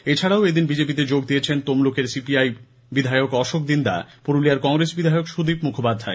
এছাড়াও এদিন বিজেপি যোগ দেন তমলুকের সি পি আই বিধায়ক অশোক দিন্দা পুরুলিয়ার কংগ্রেস বিধায়ক সুদীপ মুখোপাধ্যায়